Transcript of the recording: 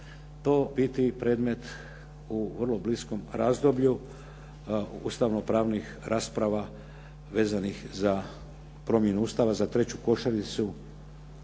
to biti predmet u vrlo bliskom razdoblju ustavno-pravnih rasprava vezanih za promjenu Ustava za treću košaricu